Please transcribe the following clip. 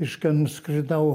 reiškia nuskridau